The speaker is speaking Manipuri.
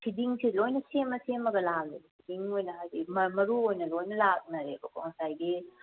ꯐꯤꯗꯤꯡꯁꯦ ꯂꯣꯏꯅ ꯁꯦꯝ ꯁꯦꯝꯃꯒ ꯂꯥꯛꯂꯦꯕ ꯐꯤꯗꯤꯡ ꯑꯣꯏꯅ ꯍꯥꯏꯗꯤ ꯃꯔꯨ ꯑꯣꯏꯅ ꯂꯣꯏꯅ ꯂꯥꯛꯅꯔꯦꯕꯀꯣ ꯉꯁꯥꯏꯒꯤ